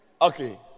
Okay